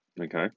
Okay